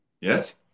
Yes